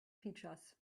features